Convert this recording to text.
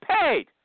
paid